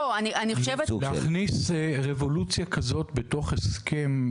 להכניס רבולוציה כזאת בתוך הסכם,